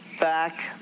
back